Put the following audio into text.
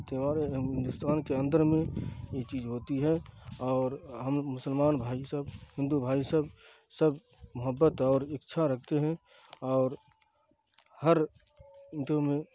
تہوار ہندوستان کے اندر میں یہ چیز ہوتی ہے اور ہم مسلمان بھائی سب ہندو بھائی سب سب محبت اور اچھا رکھتے ہیں اور ہر انٹرویو میں